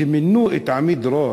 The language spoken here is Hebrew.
כשמינו את עמידרור